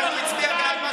איך הוא הצביע בעד,